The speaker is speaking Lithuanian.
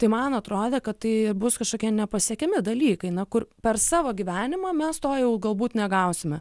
tai man atrodė kad tai bus kažkokie nepasiekiami dalykai na kur per savo gyvenimą mes to jau galbūt negausime